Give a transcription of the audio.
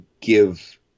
give